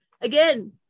again